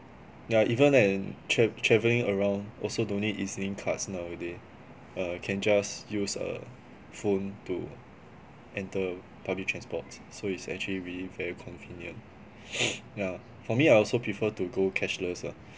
yeah even and tra~ travelling around also don't need E_Z link cards nowaday uh can just use a phone to enter public transport so it's actually really very convenient yeah for me I also prefer to go cashless lah